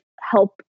help